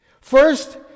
First